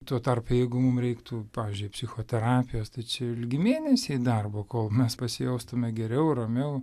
tuo tarpu jeigu mum reiktų pavyzdžiui psichoterapijos tai čia ilgi mėnesiai darbo kol mes pasijaustume geriau ramiau